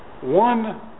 One